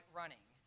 running